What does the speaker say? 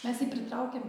mes jį pritraukėm